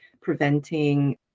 preventing